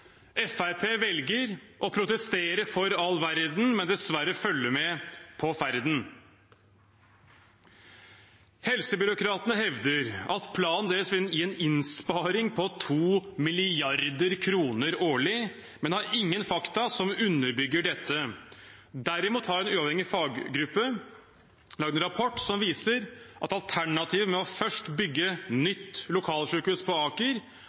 velger å protestere for all verden, men dessverre følge med på ferden. Helsebyråkratene hevder at planen deres vil gi en innsparing på 2 mrd. kr årlig, men har ingen fakta som underbygger dette. Derimot har en uavhengig faggruppe laget en rapport som viser at alternativet med først å bygge nytt lokalsykehus på Aker